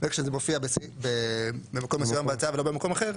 איך שזה מופיע במקום מסוים בהצעה ולא במקום אחר,